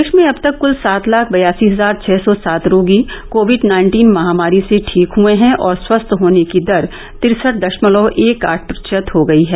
देश में अब तक कुल सात लाख बयासी हजार छः सौ सात रोगी कोविड नाइन्टीन महामारी से ठीक हुए हैं और स्वस्थ होने की दर तिरसठ दशमलव एक आठ प्रतिशत हो गयी है